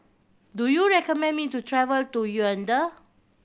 do you recommend me to travel to Yaounde